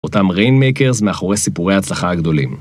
אותם ריינמקרס מאחורי סיפורי הצלחה הגדולים.